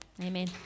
Amen